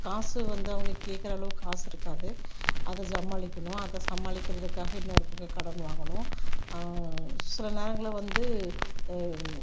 காசு வந்து அவங்க கேக்கிற அளவுக்கு காசு இருக்காது அதை சமாளிக்கணும் அதை சமாளிக்கறதுக்காக இன்னொரு பக்கம் கடன் வாங்கணும் சில நேரங்களில் வந்து